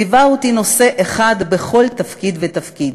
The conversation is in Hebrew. ליווה אותי נושא אחד בכל תפקיד ותפקיד: